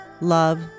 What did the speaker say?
love